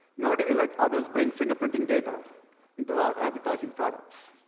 nor do we let others bring fingerprinting data into our advertising products.